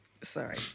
Sorry